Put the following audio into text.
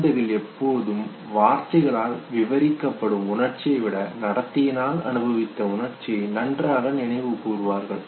குழந்தைகள் எப்பொழுதும் வார்த்தைகளால் விவரிக்கபடும் உணர்ச்சியை விட நடத்தையினால் அனுபவித்த உணர்ச்சியை நன்றாக நினைவுகூர்வார்கள்